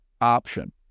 option